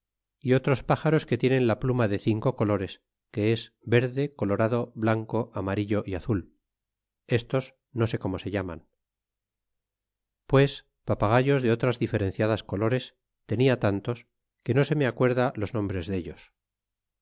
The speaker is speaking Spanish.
y otros páxaros que tienen la pluma de cinco colores que es verde colorado blanco amarillo y azul estos no sé como se llaman pues papagayos de otras diferenciadas colores tenia tantos que no se me acuerda los nombres dellos